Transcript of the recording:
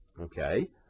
Okay